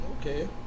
Okay